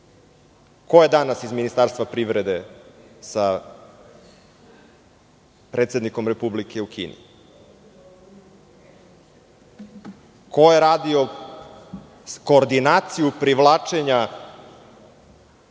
je danas iz Ministarstva privrede sa predsednikom Republike u Kini? Ko je radio koordinaciju privlačenja